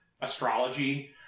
astrology